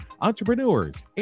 entrepreneurs